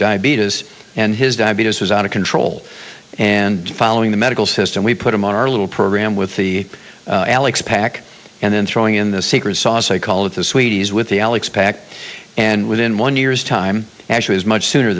diabetes and his diabetes was out of control and following the medical system we put him on our little program with the alex pack and then throwing in the secret sauce i call it the sweeties with the alex packed and within one year's time actually is much sooner